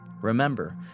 Remember